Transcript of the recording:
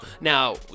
Now